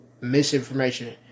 misinformation